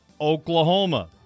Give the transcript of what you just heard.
Oklahoma